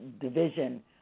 division